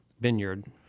vineyard